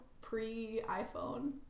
pre-iPhone